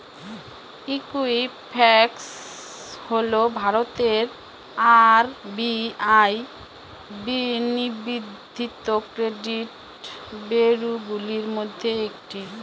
Equifax হল ভারতের RBI নিবন্ধিত ক্রেডিট ব্যুরোগুলির মধ্যে একটি